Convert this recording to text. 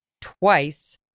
twice